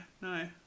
no